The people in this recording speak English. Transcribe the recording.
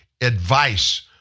advice